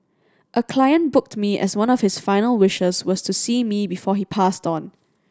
a client booked me as one of his final wishes was to see me before he passed on